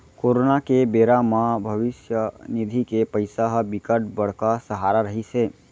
corona के बेरा म भविस्य निधि के पइसा ह बिकट बड़का सहारा रहिस हे